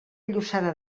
llossada